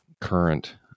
current